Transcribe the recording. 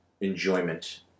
enjoyment